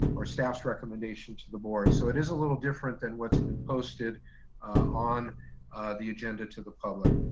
or staff's recommendation, to the board. so it is a little different than what's been posted on the agenda to the public.